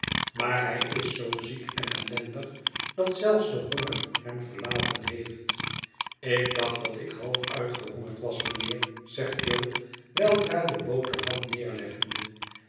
maar hij is zoo ziek en ellendig dat zelfs de honger hem verlaten heeft ik dacht dat ik half uitgehongerd was mijnheer zegt jo weldra de boterham neerleggende